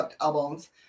albums